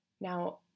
Now